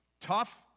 Tough